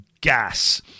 gas